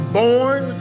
born